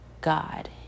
God